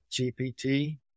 GPT